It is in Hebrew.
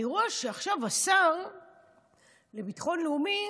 אני רואה שעכשיו השר לביטחון לאומי